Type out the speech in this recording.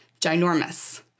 ginormous